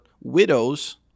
widows –